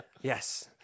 Yes